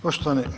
Poštovani.